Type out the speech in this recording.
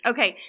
Okay